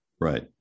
right